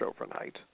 overnight